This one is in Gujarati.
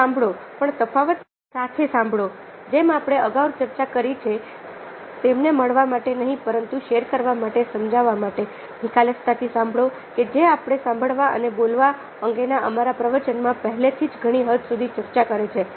સાંભળો પણ તફાવત સાથે સાંભળો જેમ આપણે અગાઉ ચર્ચા કરી છે તેમને મળવા માટે નહીં પરંતુ શેર કરવા માટે સમજવા માટે નિખાલસતાથી સાંભળો કે જે આપણે સાંભળવા અને બોલવા અંગેના અમારા પ્રવચનમાં પહેલેથી જ ઘણી હદ સુધી ચર્ચા કરે છે